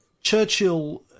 Churchill